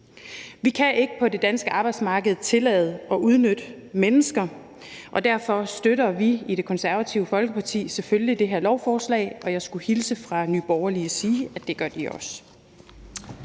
Vi kan ikke på det danske arbejdsmarked tillade, at man udnytter mennesker, og derfor støtter vi i Det Konservative Folkeparti selvfølgelig det her lovforslag. Og jeg skulle hilse fra Nye Borgerlige og sige, at det gør de også.